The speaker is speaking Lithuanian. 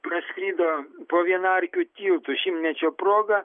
praskrido po vienaarkiu tiltu šimtmečio proga